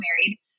married